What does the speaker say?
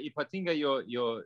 ypatingai jo jo